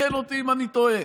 תקן אותי אם אני טועה.